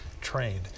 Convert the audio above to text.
trained